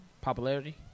Popularity